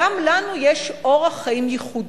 גם לנו יש אורח חיים ייחודי,